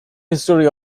history